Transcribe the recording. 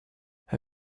have